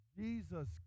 Jesus